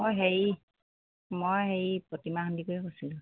অঁ হেৰি মই হেৰি প্ৰতিমা সন্দিকৈয়ে কৈছিলোঁ